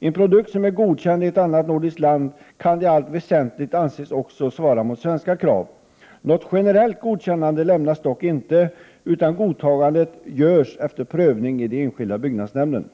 En produkt som är godkänd i ett annat nordiskt land kan i allt väsentligt anses svara också mot svenska krav. Något generellt godkännande lämnas dock inte, utan godtagandet görs efter prövning i den enskilda byggnadsnämnden.